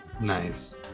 nice